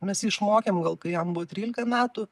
mes jį išmokėm gal kai jam buvo trylika metų